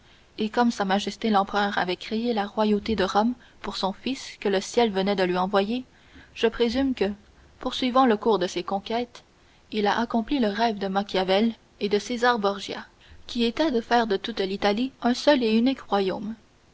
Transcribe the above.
et comme sa majesté l'empereur avait créé la royauté de rome pour le fils que le ciel venait de lui envoyer je présume que poursuivant le cours de ses conquêtes il a accompli le rêve de machiavel et de césar borgia qui était de faire de toute l'italie un seul et unique